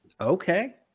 Okay